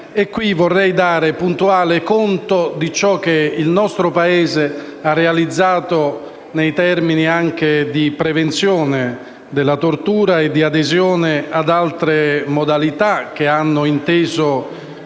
caso vorrei dare puntuale conto di ciò che il nostro Paese ha realizzato nei termini di prevenzione della tortura e di adesione ad altre modalità che hanno inteso